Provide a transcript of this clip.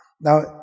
Now